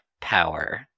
power